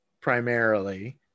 primarily